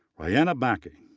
ryana backe,